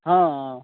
हँ हँ